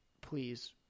please